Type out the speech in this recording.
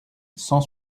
cent